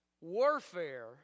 warfare